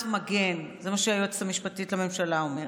מגן" זה מה שהיועצת המשפטית לממשלה אומרת,